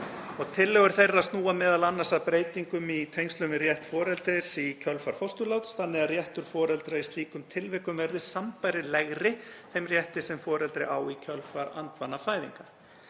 Tillögur þeirra snúa m.a. að breytingum í tengslum við rétt foreldris í kjölfar fósturláts þannig að réttur foreldra í slíkum tilvikum verði sambærilegri þeim rétti sem foreldrar fá í kjölfar andvana fæðingar.